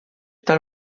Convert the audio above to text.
tal